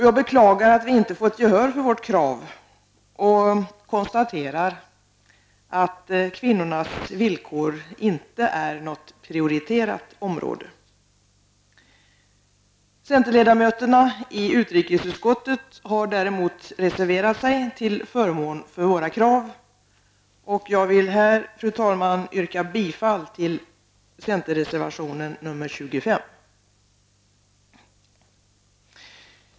Jag beklagar att vi inte fått gehör för vårt krav och konstaterar att kvinnornas villkor inte är något prioriterat område. Centerledamöterna i utrikesutskottet har däremot reserverat sig till förmån för våra krav. Jag vill här, fru talman, yrka bifall till centerreservationen nr 25.